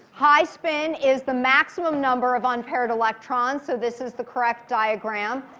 high spin is the maximum number of unpaired electrons. so this is the correct diagram.